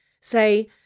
say